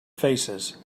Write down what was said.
faces